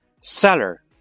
Seller